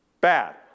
bad